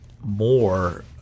more